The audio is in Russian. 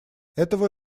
этого